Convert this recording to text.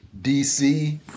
DC